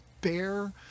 bear